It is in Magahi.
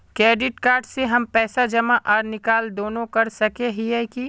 क्रेडिट कार्ड से हम पैसा जमा आर निकाल दोनों कर सके हिये की?